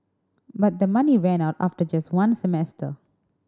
but the money ran out after just one semester